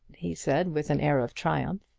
he said, with an air of triumph.